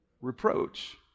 reproach